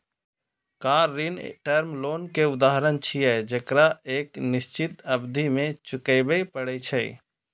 car ऋण term loan के उदाहरण छियै, जेकरा एक निश्चित अवधि मे चुकबै पड़ै छै